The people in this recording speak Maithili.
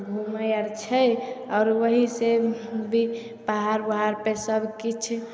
घूमय आर छै आओर वही से भी पहाड़ उहाड़ पर सब किछु